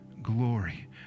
glory